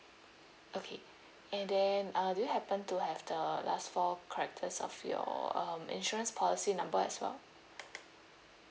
okay and then uh do you happened to have the last four characters of your um insurance policy number as well